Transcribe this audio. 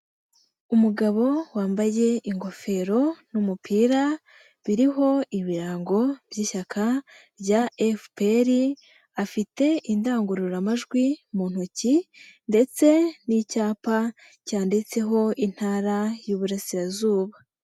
Umugabo wambaye ingofero n'umupira biriho ibirango by'ishyaka rya FPR afite indangururamajwi mu ntoki ndetse n'icyapa cyanditseho Intara y'Iburasirazuba.